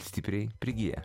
stipriai prigiję